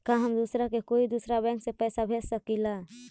का हम दूसरा के कोई दुसरा बैंक से पैसा भेज सकिला?